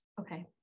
okay